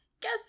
guess